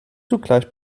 zugleich